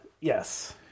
Yes